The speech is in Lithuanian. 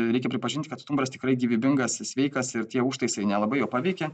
reikia pripažinti kad stumbras tikrai gyvybingas sveikas ir tie užtaisai nelabai jo paveikė